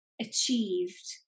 Achieved